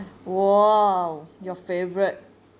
!wow! your favourite